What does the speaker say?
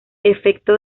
efecto